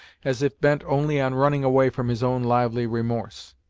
as if bent only on running away from his own lively remorse.